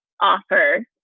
offer